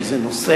כי זה נושא,